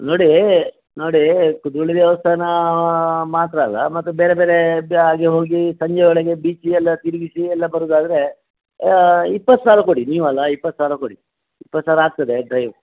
ನೋಡೀ ನೋಡೀ ದುಡ್ಡಿನ ವ್ಯವಸ್ಥೆನಾ ಮಾತ್ರ ಅಲ್ಲ ಮತ್ತು ಬೇರೆ ಬೇರೆ ಮತ್ತು ಹಾಗೆ ಹೋಗಿ ಸಂಜೆ ಒಳಗೆ ಬೀಚಿ ಎಲ್ಲ ತಿರುಗಿಸಿ ಎಲ್ಲ ಬರೋದಾದ್ರೆ ಇಪ್ಪತ್ತು ಸಾವಿರ ಕೊಡಿ ನೀವಲ್ಲ ಇಪ್ಪತ್ತು ಸಾವಿರ ಆಗ್ತದೆ